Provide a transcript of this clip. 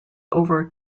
over